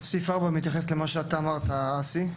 סעיף 4 מתייחס למה שאתה אמרת, אסי,